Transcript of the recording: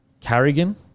Carrigan